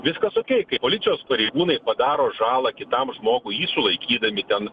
viskas okey kaip policijos pareigūnai padaro žalą kitam žmogui jį sulaikydami ten